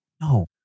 No